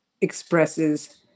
expresses